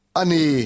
ani